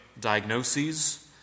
diagnoses